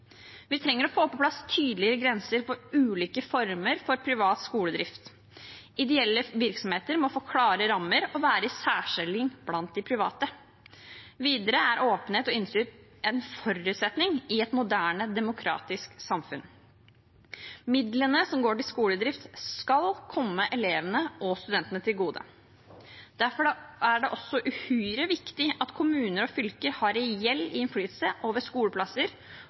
Vi trenger å få på plass tydeligere grenser for ulike former for privat skoledrift. Ideelle virksomheter må få klare rammer og være i en særstilling blant de private. Videre er åpenhet og innsyn en forutsetning i et moderne, demokratisk samfunn. Midlene som går til skoledrift, skal komme elevene og studentene til gode. Derfor er det også uhyre viktig at kommuner og fylker har reell innflytelse over skoleplasser